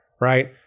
right